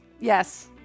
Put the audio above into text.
Yes